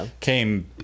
came